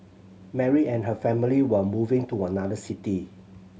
Mary and her family were moving to another city